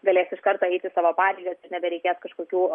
galės iš karto eiti savo pareigas ir nebereikės kažkokių